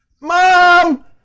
mom